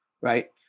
Right